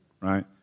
Right